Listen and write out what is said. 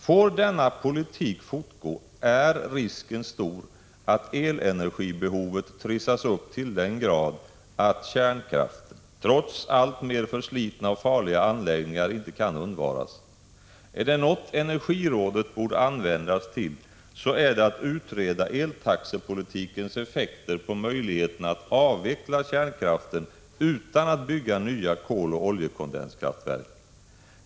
Får denna politik fortgå är risken stor att elenergibehovet trissas upp till den grad att kärnkraften — trots alltmer förslitna och farliga anläggningar — inte kan undvaras. Är det något energirådet borde användas till så är det att utreda eltaxepolitikens effekter på möjligheterna att avveckla kärnkraften utan att bygga nya koloch oljekondenskraftverk.